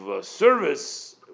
service